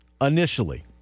initially